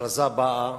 ההכרזה באה